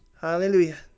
hallelujah